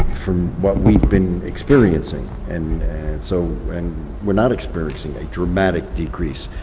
from what we'd been experiencing, and so we're and we're not experiencing a dramatic decrease.